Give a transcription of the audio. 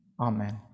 Amen